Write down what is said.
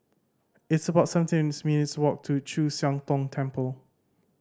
it's about seventeen minutes' walk to Chu Siang Tong Temple